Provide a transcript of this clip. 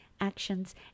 actions